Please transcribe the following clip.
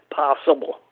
possible